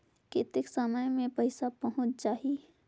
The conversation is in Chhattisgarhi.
कतेक समय मे पइसा पहुंच जाही?